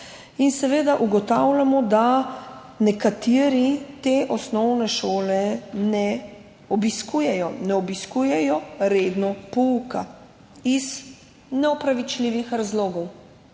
državah. Ugotavljamo, da nekateri te osnovne šole ne obiskujejo, ne obiskujejo redno pouka iz neopravičljivih razlogov.